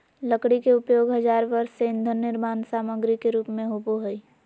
लकड़ी के उपयोग हजार वर्ष से ईंधन निर्माण सामग्री के रूप में होबो हइ